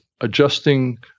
adjusting